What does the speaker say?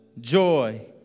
joy